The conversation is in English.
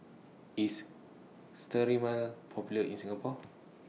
IS Sterimar Popular in Singapore